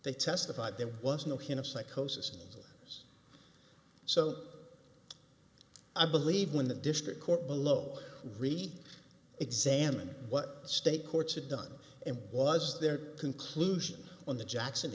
they testified there was no hint of psychosis so i believe when the district court below re examined what state courts had done and was their conclusion on the jackson